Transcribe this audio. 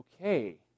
okay